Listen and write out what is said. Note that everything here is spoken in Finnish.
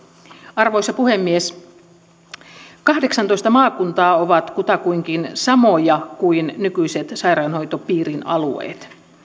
arvoisa puhemies kahdeksantoista maakuntaa ovat kutakuinkin samoja kuin nykyiset sairaanhoitopiirin alueet